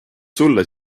sulle